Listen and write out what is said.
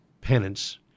penance